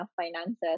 finances